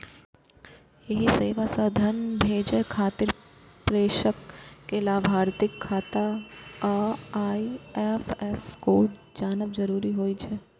एहि सेवा सं धन भेजै खातिर प्रेषक कें लाभार्थीक खाता आ आई.एफ.एस कोड जानब जरूरी होइ छै